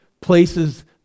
places